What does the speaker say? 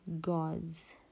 gods